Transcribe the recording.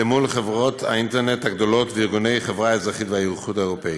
אל מול חברות האינטרנט הגדולות וארגוני החברה האזרחית והאיחוד האירופי.